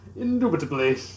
Indubitably